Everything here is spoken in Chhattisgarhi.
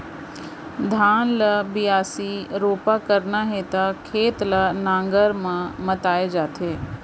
धान ल बियासी, रोपा करना हे त खेत ल नांगर म मताए जाथे